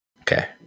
Okay